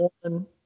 One